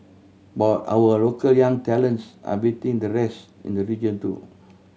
but our local young talents are beating the rest in the region too